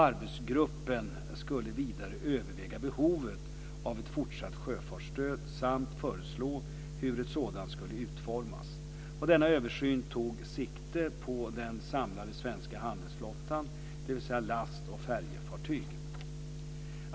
Arbetsgruppen skulle vidare överväga behovet av ett fortsatt sjöfartsstöd samt föreslå hur ett sådant skulle utformas. Denna översyn tog sikte på den samlade svenska handelsflottan, dvs. last och färjefartyg.